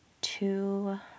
two